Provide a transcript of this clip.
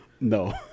No